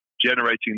generating